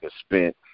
spent –